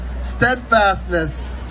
steadfastness